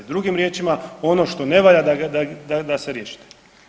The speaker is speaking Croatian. Drugim riječima ono što ne valja da se riješi.